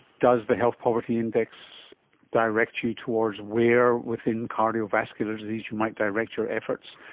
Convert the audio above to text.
does the health poverty index direct you towards where within cardiovascular disease you might direct your efforts,